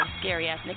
scary-ass